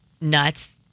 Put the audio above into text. nuts